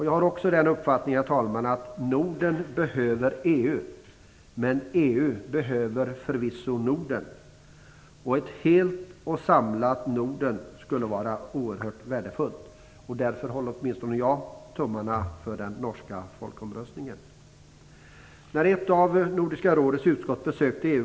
Jag har också den uppfattningen, herr talman, att Norden behöver EU, men att EU förvisso också behöver Norden. Ett helt och samlat Norden skulle vara oerhört värdefullt. Därför håller åtminstone jag tummarna i den norska folkomröstningen.